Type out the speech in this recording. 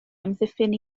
amddiffyn